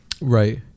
right